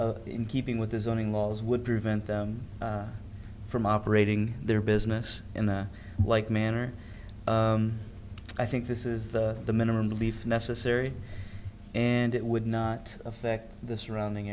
this in keeping with the zoning laws would prevent them from operating their business in the like manner i think this is the the minimum belief necessary and it would not affect the surrounding